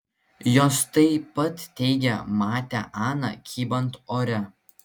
jos taip pat teigė matę aną kybant ore